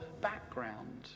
background